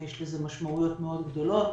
ויש לזה משמעויות מאוד גדולות